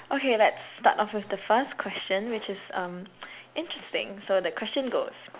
okay let's start off with the first question which is um interesting so the question goes